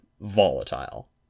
volatile